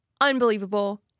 Unbelievable